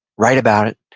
write about it,